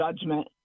judgment